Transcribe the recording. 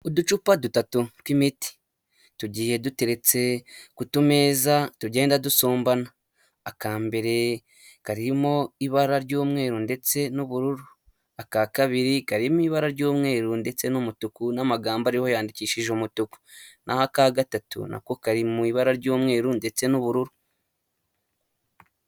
Uducupa dutatu tw'imiti tugiye duteretse ku tumeza tugenda dusumbana, aka mbere karimo ibara ry'umweru ndetse n'ubururu, aka kabiri karimo ibara ry'umweru ndetse n'umutuku n'amagambo ariho yanyandikishije umutuku, n'go aka gatatu nako kari mu ibara ry'umweru ndetse n'ubururu.